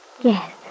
Yes